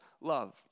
love